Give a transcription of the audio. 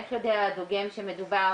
איך יודע הדוגם שמדובר